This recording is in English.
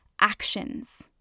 actions